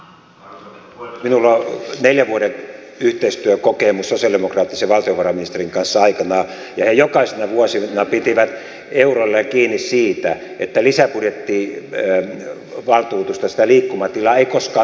minulla on neljän vuoden yhteistyökokemus sosialidemokraattisen valtiovarainministerin kanssa aikoinaan ja he jokaisena vuotena pitivät eurolleen kiinni siitä että lisäbudjettivaltuutusta sitä liikkumatilaa ei koskaan ylitetä